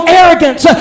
arrogance